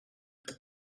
there